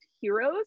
heroes